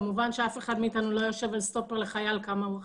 כמובן שאף אחד מאתנו לא יושב על סטופר לחייל כמה הוא אכל,